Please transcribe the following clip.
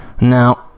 Now